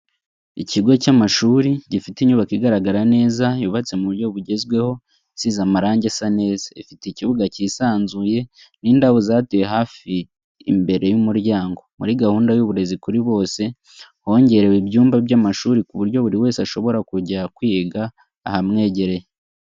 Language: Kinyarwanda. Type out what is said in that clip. Ikigo cy'amashuri gifite inyubako igaragara neza yubatse mu buryo bugezweho, isize amarange asa neza, ifite ikibuga cyisanzuye n'indabo zatewe hafi imbere y'umuryango, muri gahunda y'uburezi kuri bose hongerewe ibyumba by'amashuri ku buryo buri wese ashobora kujya kwiga ahamwegereye.